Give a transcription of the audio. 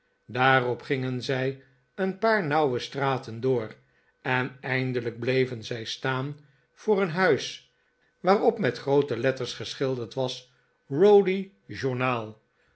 daarop gingen zij een paar nauwe straten door en eindelijk bleven zij staan voor een huis waarop met groote letters geschilderd was rowdy